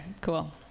cool